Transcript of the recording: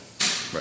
Right